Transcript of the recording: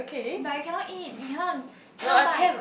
but you cannot eat you cannot cannot bite